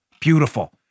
Beautiful